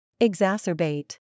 Exacerbate